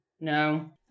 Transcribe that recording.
No